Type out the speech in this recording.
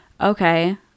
okay